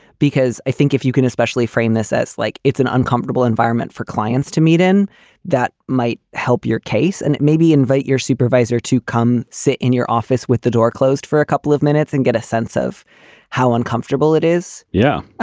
because i think if you can especially frame this as like it's an uncomfortable environment for clients to meet, then that might help your case and maybe invite your supervisor to come sit in your office with the door closed for a couple of minutes and get a sense of how uncomfortable it is. yeah,